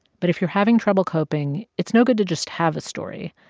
but if you're having trouble coping, it's no good to just have a story,